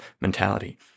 mentality